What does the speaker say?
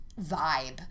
vibe